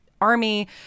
army